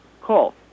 Call